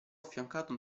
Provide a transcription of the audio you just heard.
affiancato